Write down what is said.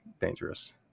dangerous